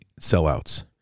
sellouts